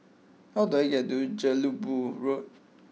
how do I get to Jelebu Road